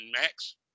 Max